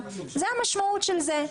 זה המשמעות של זה.